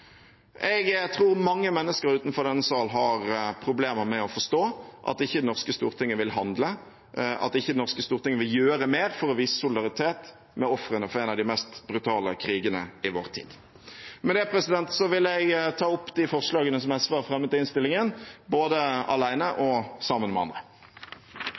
Jeg tror mange mennesker utenfor denne sal har problemer med å forstå at ikke det norske stortinget vil handle, at ikke det norske stortinget vil gjøre mer for å vise solidaritet med ofrene for en av de mest brutale krigene i vår tid. Med det vil jeg ta opp de forslagene som SV har fremmet i innstillingen, både